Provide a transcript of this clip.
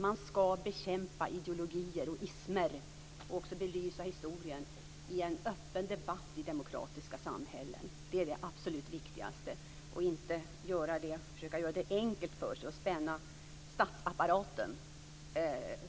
Man ska bekämpa ideologier och ismer och belysa historien i en öppen debatt i demokratiska samhällen. Det är det absolut viktigaste. Man ska inte försöka göra det enkelt för sig och spänna statsapparaten